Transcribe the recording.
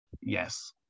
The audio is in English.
yes